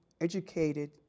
educated